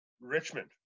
Richmond